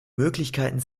möglichkeiten